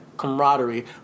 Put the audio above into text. camaraderie